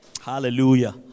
Hallelujah